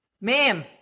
ma'am